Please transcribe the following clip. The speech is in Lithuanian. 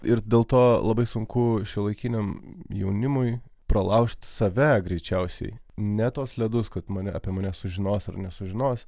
ir dėl to labai sunku šiuolaikiniam jaunimui pralaužti save greičiausiai ne tuos ledus kad mane apima nesužinos ar nesužinos